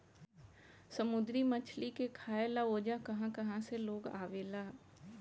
समुंद्री मछली के खाए ला ओजा कहा कहा से लोग आवेला